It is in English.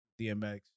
DMX